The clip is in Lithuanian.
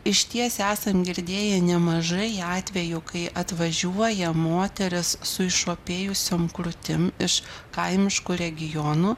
išties esam girdėję nemažai atvejų kai atvažiuoja moteris su išopėjusiom krūtim iš kaimiškų regionų